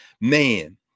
man